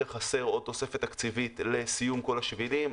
חסר עוד תוספת תקציבית לסיום כל השבילים.